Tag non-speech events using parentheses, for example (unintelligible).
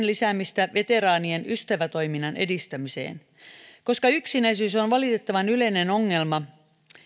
(unintelligible) lisäämistä veteraanien ystävätoiminnan edistämiseen koska yksinäisyys on on valitettavan yleinen ongelma